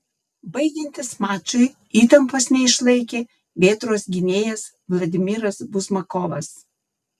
baigiantis mačui įtampos neišlaikė vėtros gynėjas vladimiras buzmakovas